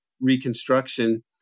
Reconstruction